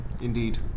Indeed